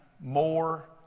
more